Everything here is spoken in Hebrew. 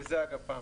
זה הגפ"מ.